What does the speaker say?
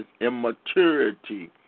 immaturity